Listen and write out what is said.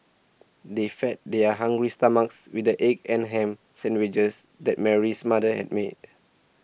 they fed their hungry stomachs with the egg and ham sandwiches that Mary's mother had made